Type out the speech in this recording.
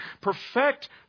perfect